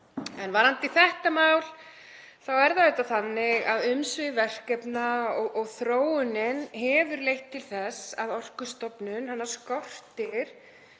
Varðandi þetta mál þá er það auðvitað þannig að umsvif verkefna og þróunin hefur leitt til þess að Orkustofnun skortir